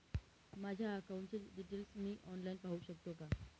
माझ्या अकाउंटचे डिटेल्स मी ऑनलाईन पाहू शकतो का?